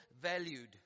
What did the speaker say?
valued